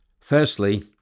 Firstly